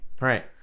Right